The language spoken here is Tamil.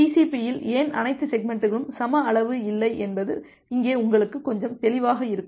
TCP யில் ஏன் அனைத்து செக்மெண்ட்களும் சம அளவு இல்லை என்பது இங்கே உங்களுக்கு கொஞ்சம் தெளிவாக இருக்கும்